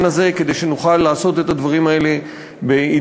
הזה כדי שנוכל לעשות את הדברים האלה בהידברות.